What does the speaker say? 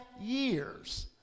years